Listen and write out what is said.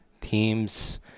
Teams